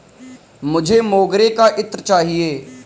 मुझे मोगरे का इत्र चाहिए